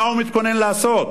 מה הוא מתכונן לעשות,